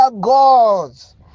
gods